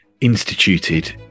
instituted